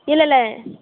இல்லயில்ல